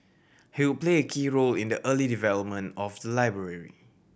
he would play a key role in the early development of the library